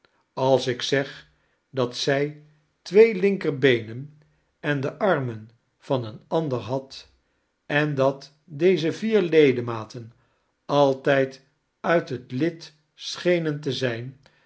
als ik zeg dat zij twee linker beenen en de armen van een andeir had en dat deze vier ledexnaten altijd uit het lid schenen te zijn